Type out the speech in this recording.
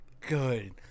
good